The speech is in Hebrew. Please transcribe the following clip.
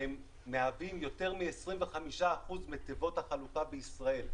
שהם מהווים יותר מ-25% מתיבות החלוקה בישראל.